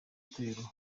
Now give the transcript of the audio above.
torero